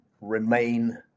remain